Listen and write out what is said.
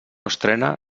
estrena